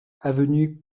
avenue